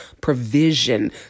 provision